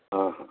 ಹಾಂ ಹಾಂ